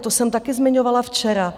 To jsem taky zmiňovala včera.